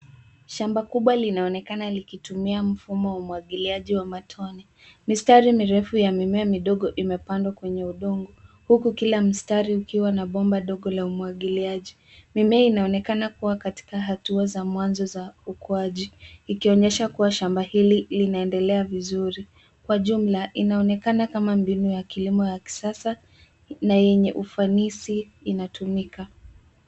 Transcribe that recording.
Shamba kubwa linaonekana likitumia mfumo wa umwagiliaji wa matone. Mistari mirefu ya mimea midogo imepandwa kwenye udongo, huku kila mstari ukiwa na bomba dogo la umwagiliaji. Mimea inaonekana kuwa katika hatua za mwanzo za ukuaji, ikionyesha kuwa shamba hili linaendelea vizuri. Kwa jumla inaonekana kama mbinu ya kilimo ya kisasa na yenye ufanisi inatumika.